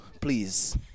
please